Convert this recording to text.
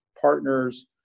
partners